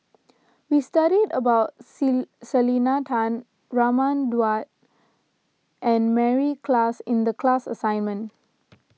we studied about Selena Tan Raman Daud and Mary Klass in the class assignment